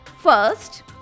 first